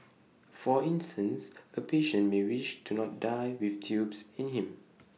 for instance A patient may wish to not die with tubes in him